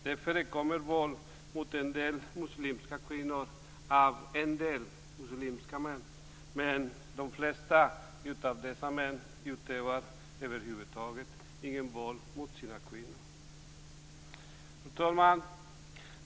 Det förekommer våld mot en del muslimska kvinnor av en del muslimska män. Men de flesta av dessa män utövar över huvud taget inget våld mot sina kvinnor. Fru talman!